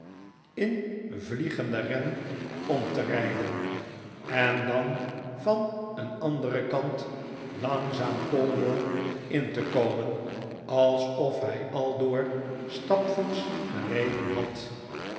in vliegenden ren om te rijden en dan van een anderen kant langzaam pall mall in te komen alsof hij aldoor stapvoets gereden had